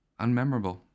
unmemorable